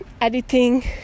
editing